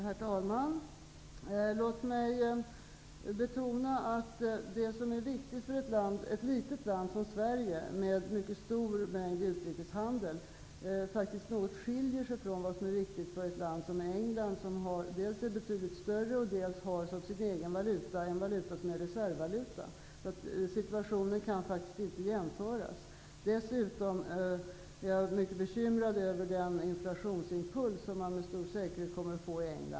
Herr talman! Låt mig betona att det som är viktigt för ett litet land som Sverige, med stor utrikeshandel, skiljer sig från det som är viktigt för ett land som England, som dels är betydligt större, dels har som sin egen valuta en valuta som fungerar som reservvaluta. Situationen kan faktiskt inte jämföras. Jag är dessutom mycket bekymrad över den inflationsimpuls som man med stor säkerhet kommer att få i England.